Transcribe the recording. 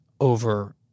over